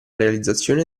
realizzazione